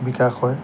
বিকাশ হয়